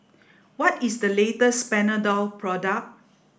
what is the latest Panadol product